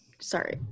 sorry